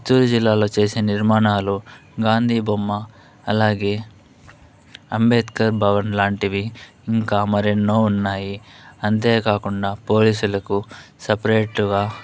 చిత్తూరు జిల్లాలో చేసే నిర్మాణాలు గాంధీ బొమ్మ అలాగే అంబేద్కర్ భవన్ లాంటివి ఇంకా మరెన్నో ఉన్నాయి అంతే కాకుండా పోలీసులకు సపరేట్గా